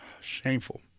Shameful